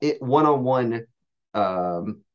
one-on-one